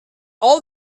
all